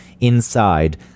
Inside